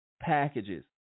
packages